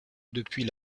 depuis